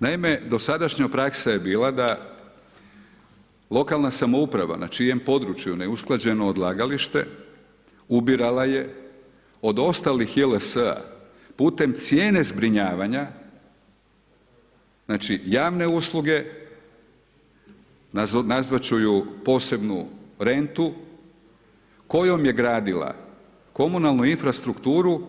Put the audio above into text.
Naime, dosadašnja praksa je bila da lokalna samouprava na čijem području je neusklađeno odlagalište ubirala je od ostalih JLS-a putem cijene zbrinjavanja, znači javne usluge nazvat ću ju posebnu rentu, kojom je gradila komunalnu infrastrukturu